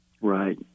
Right